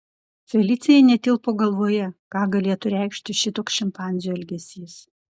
felicijai netilpo galvoje ką galėtų reikšti šitoks šimpanzių elgesys